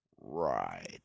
Right